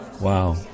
Wow